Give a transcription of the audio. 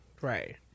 right